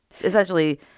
essentially